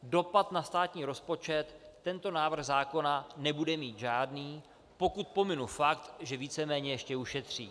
Dopad na státní rozpočet tento návrh zákona nebude mít žádný, pokud pominu fakt, že víceméně ještě ušetří.